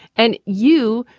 and you,